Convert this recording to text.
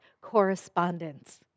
correspondence